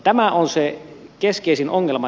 tämä on se keskeisin ongelma